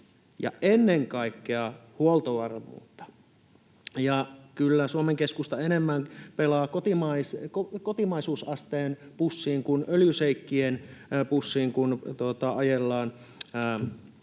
ennen kaikkea huoltovarmuutta. Ja kyllä Suomen Keskusta enemmän pelaa kotimaisuusasteen pussiin kuin öljyšeikkien pussiin, kun ajellaan